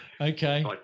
okay